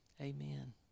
Amen